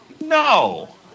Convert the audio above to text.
No